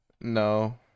No